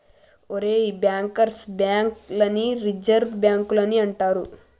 ఒరేయ్ bankers bank లని reserve బాంకులని అంటారు